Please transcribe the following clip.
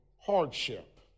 hardship